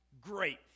great